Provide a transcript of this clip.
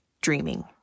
dreaming